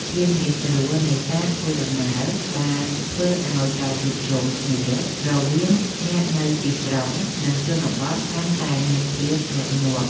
ភាពងាយស្រួលនៃការធ្វើដំណើរបានធ្វើឱ្យការជួបជុំគ្នារវាងអ្នកនៅទីក្រុង និងជនបទកាន់តែមានភាពញឹកញាប់។